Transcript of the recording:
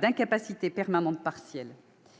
d'incapacité permanente partielle.